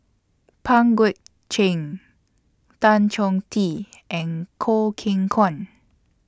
Pang Guek Cheng Tan Chong Tee and Choo Keng Kwang